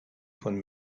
von